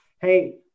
hey